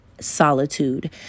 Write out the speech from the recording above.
solitude